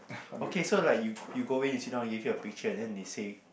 okay so like you you go in you sit down they give you a picture and then they say